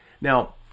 now